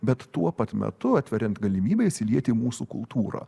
bet tuo pat metu atveriant galimybę įsilieti į mūsų kultūrą